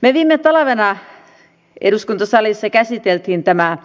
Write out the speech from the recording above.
me viime talvena eduskuntasalissa käsittelimme tämän